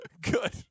Good